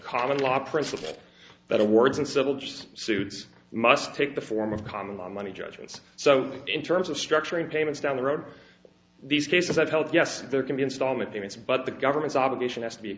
common law principle that awards and civil just suits must take the form of common law money judges so in terms of structuring payments down the road these cases that health yes there can be installment events but the government's obligation has to be